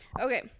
Okay